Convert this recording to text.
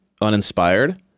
uninspired